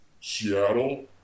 Seattle